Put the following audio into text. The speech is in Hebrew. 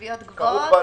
פסקה (2) יבוא, "(3)